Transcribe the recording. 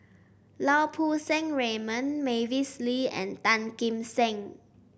Lau Poo Seng Raymond Mavis Lee and Tan Kim Seng